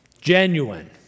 genuine